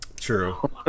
True